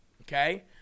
Okay